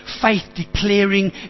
faith-declaring